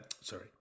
sorry